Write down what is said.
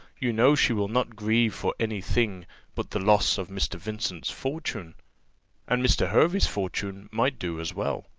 you know she will not grieve for any thing but the loss of mr. vincent's fortune and mr. hervey's fortune might do as well,